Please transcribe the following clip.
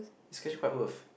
it's actually quite worth